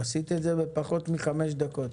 עשית את זה בפחות מחמש דקות.